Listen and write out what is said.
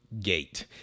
gate